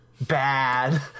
bad